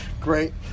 great